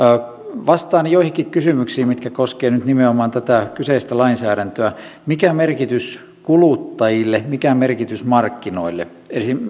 vastaan joihinkin kysymyksiin mitkä koskevat nyt nimenomaan tätä kyseistä lainsäädäntöä mikä merkitys kuluttajille mikä merkitys markkinoille